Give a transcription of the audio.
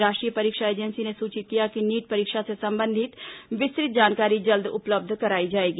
राष्ट्रीय परीक्षा एजेंसी ने सूचित किया कि नीट परीक्षा से संबंधित विस्तृत जानकारी जल्द उपलब्ध कराई जाएगी